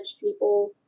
people